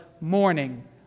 morning